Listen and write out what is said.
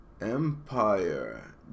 Empire